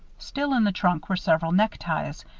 still in the trunk were several neckties,